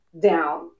down